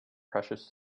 precious